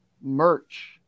merch